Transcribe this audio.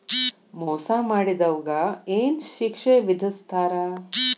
ಮೋಸಾ ಮಾಡಿದವ್ಗ ಏನ್ ಶಿಕ್ಷೆ ವಿಧಸ್ತಾರ?